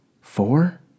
Four